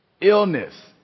illness